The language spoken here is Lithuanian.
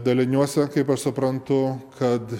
daliniuose kaip aš suprantu kad